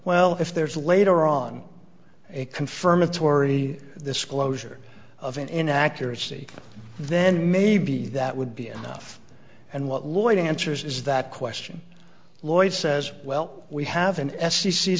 well if there's a later on a confirmatory disclosure of an inaccuracy then maybe that would be enough and what lloyd answers is that question lloyd says well we haven't s e c